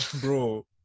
bro